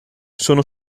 sono